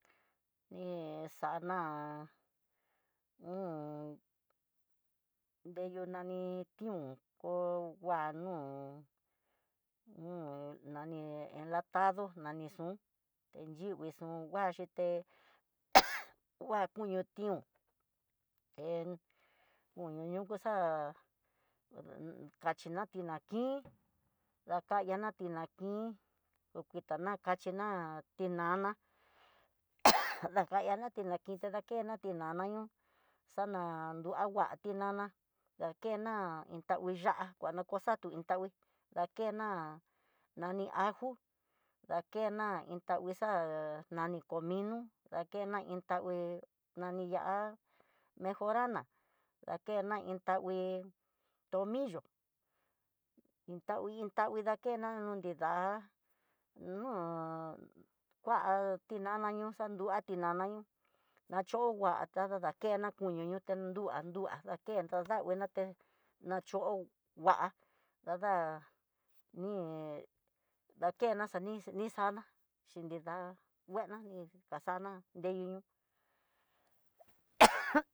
Iin xana nreyu nani, tión ho nguanó no nani enlatado nani xun chiyikui xún nguaxhité kuñu tión hé ñuyu xa'aá, cachina tinakin, dakayana tinakin otana kaxhiná, tinana dakanati tinakin ta dakena ti tinana yó xana nrua ngua tinana, dakena iin ta ngui ya'á, nguana kú xatú iinxavi, dakena nani ajo, dakena iin tavixa nani komino, dakena tangue nani ya'á mejorana, dakena iin tangui tomillo iin tangui iin tangui dakena no nidaá no kuá tinana ñuxa nruá tinana ño'o, nachongua ta nana nakena koño ño ta du'á kendo dangui noté dacho'ó, ngua dada ni dakena xani nixana xhin nrida nguena ni kaxana ne ñuñu